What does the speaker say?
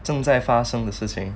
正在发生的事情